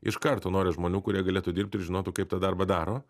iš karto nori žmonių kurie galėtų dirbti ir žinotų kaip tą darbą daro